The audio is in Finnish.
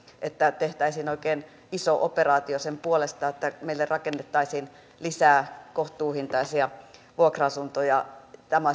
että tehtäisiin oikein iso operaatio sen puolesta että meille rakennettaisiin lisää kohtuuhintaisia vuokra asuntoja tämä